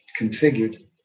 configured